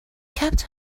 kept